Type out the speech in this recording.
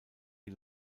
die